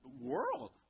world